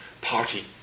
party